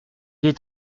est